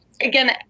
Again